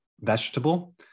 vegetable